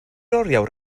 oriawr